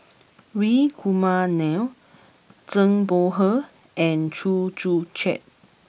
Hri Kumar Nair Zhang Bohe and Chew Joo Chiat